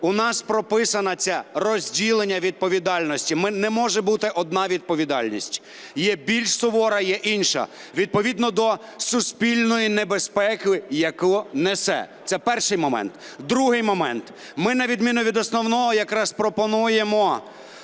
У нас прописане це розділення відповідальності. Не може бути одна відповідальність. Є більш сувора, є інша, відповідно до суспільної небезпеки, яку несе. Це перший момент. Другий момент. Ми, на відміну від основного, якраз пропонуємо